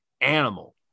animal